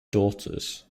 daughters